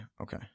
okay